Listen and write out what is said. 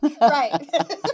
Right